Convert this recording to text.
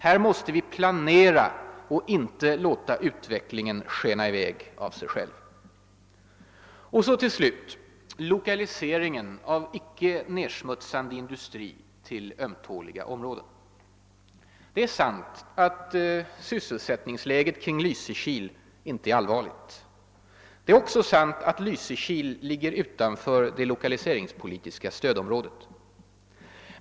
Här måste vi planera och inte låta utvecklingen skena i väg av sig själv. Och så till slut för det fjärde lokaliseringen av icke-nersmutsande industri till ömtåliga områden. Det är sant att sysselsättningsläget kring Lysekil inte är allvarligt nu. Det är också sant att Lysekil ligger utanför det lokaliseringspolitiska stödområdet.